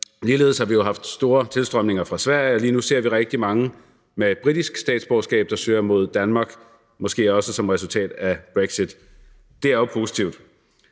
ligeledes haft stor tilstrømning fra Sverige, og lige nu ser vi rigtig mange med britisk statsborgerskab, der søger mod Danmark. Det er måske også som resultat af brexit. Det er jo positivt.